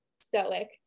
stoic